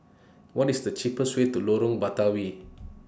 What IS The cheapest Way to Lorong Batawi